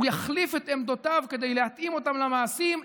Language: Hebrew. הוא יחליף את עמדותיו כדי להתאים אותן למעשים.